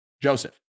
Joseph